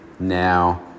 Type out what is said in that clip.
Now